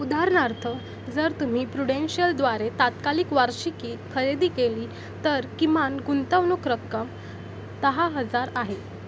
उदाहरणार्थ जर तुम्ही प्रुडेंशियलद्वारे तात्कालिक वार्षिकी खरेदी केली तर किमान गुंतवणूक रक्कम दहा हजार आहे